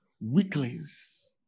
Weaklings